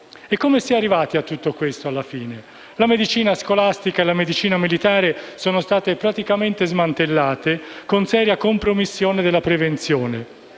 Come si è arrivati a tutto questo? La medicina scolastica e la medicina militare sono state praticamente smantellate con seria compromissione della prevenzione.